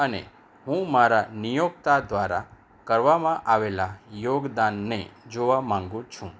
અને હું મારા નિયોક્તા દ્વારા કરવામાં આવેલાં યોગદાનને જોવા માંગું છું